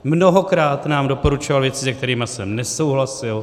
Mnohokrát nám doporučoval věci, se kterými jsem nesouhlasil.